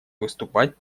выступать